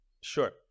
Sure